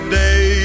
day